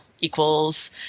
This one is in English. equals